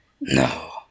No